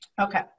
Okay